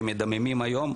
שמדממים היום,